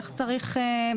איך צריך,